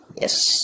yes